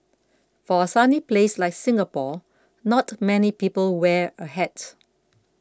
for a sunny place like Singapore not many people wear a hat